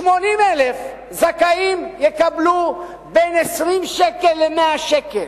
80,000 זכאים יקבלו בין 20 שקל ל-100 שקל,